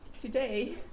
today